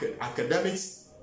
academics